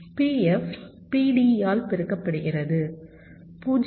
PF PD யால் பெருக்கப்படுகிறது 0